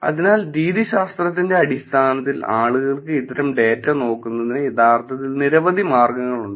അതിനാൽ രീതിശാസ്ത്രത്തിന്റെ അടിസ്ഥാനത്തിൽ ആളുകൾക്ക് ഇത്തരം ഡേറ്റ നോക്കുന്നതിന് യഥാർത്ഥത്തിൽ നിരവധി മാർഗങ്ങളുണ്ട്